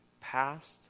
past